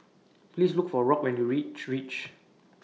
Please Look For Rock when YOU REACH REACH REACH